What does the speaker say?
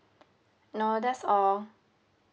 no that's all